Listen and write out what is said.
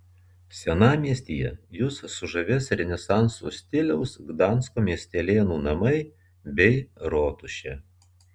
senamiestyje jus sužavės renesanso stiliaus gdansko miestelėnų namai bei rotušė